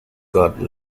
god